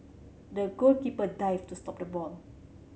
the goalkeeper dived to stop the ball